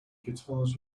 guitars